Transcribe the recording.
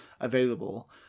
available